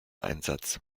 einsatz